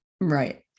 Right